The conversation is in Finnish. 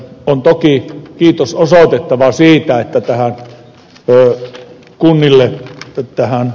on toki kiitos osoitettava siitä että tähän murtunut kunnille tähän